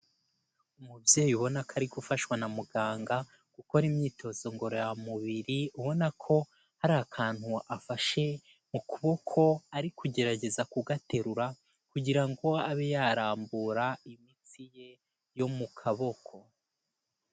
Umubyeyi ubona ko ari gufashwa na muganga, gukora imyitozo ngororamubiri, ubona ko hari akantu afashe mu kuboko, ari kugerageza kugaterura kugira ngo abe yarambura imitsi ye yo mu kaboko.